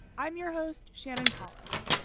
i'm your host, shannon polys.